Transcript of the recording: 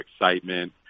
excitement